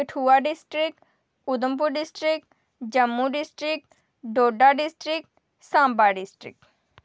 Kathua district Udhampur district Jammu district Doda district साबां district